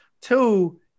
Two